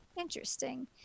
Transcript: Interesting